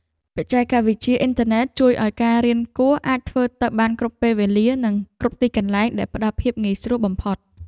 បច្ចេកវិទ្យាអ៊ីនធឺណិតជួយឱ្យការរៀនគួរអាចធ្វើទៅបានគ្រប់ពេលវេលានិងគ្រប់ទីកន្លែងដែលផ្តល់ភាពងាយស្រួលបំផុត។